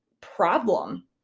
problem